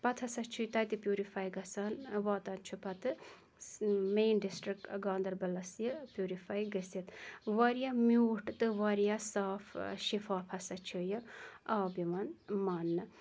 پَتہٕ ہَسا چھُ یہِ تَتہِ پیوٗرِفاے گَژھان واتان چھُ پَتہٕ مین ڈِسٹرک گاندَربَلَس یہِ پیوٗرِفاے گٔژھِتھ واریاہ میوٗٹھ تہٕ واریاہ صاف شِفاف ہَسا چھُ یہِ آب یِوان ماننہِ